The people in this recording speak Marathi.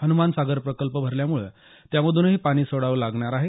हनुमान सागर प्रकल्प भरल्यामुळं त्या मधूनही पाणी सोडावं लागणार आहे